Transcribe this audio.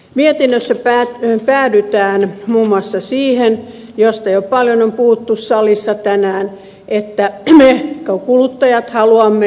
mietinnössä päädytään muun muassa siihen josta jo paljon on puhuttu salissa tänään että me kuluttajat haluamme luomu ja lähiruokaa